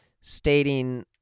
stating